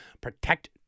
protect